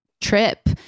trip